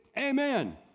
amen